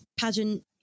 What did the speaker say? pageant